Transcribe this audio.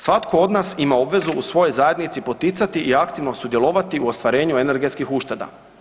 Svatko od nas ima obvezu u svojoj zajednici poticati i aktivno sudjelovati u ostvarivanju energetskih ušteda.